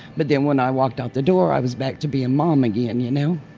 but then when i walked out the door i was back to be a mom again, you know.